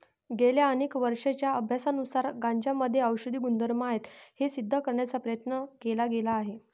गेल्या अनेक वर्षांच्या अभ्यासानुसार गांजामध्ये औषधी गुणधर्म आहेत हे सिद्ध करण्याचा प्रयत्न केला गेला आहे